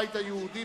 הבית היהודי,